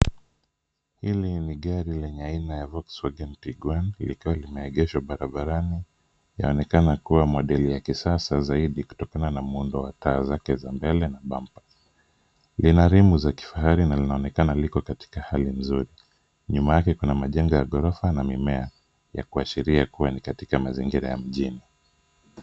Hili ni gari lenye aina ya Volkswagen Tiguan likiwa limeegeshwa barabarani. Inaonekana kuwa model kisasa zaidi kutokana na muundo wa taa zake za mbele na bumper . Ina rimu za kifahari na linaonekana liko katika hali nzuri. Nyuma yake kuna majengo ya ghorofa na mimea ya kuashiria kuwa ni katika mazingira ya mjini